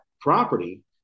property